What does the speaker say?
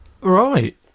right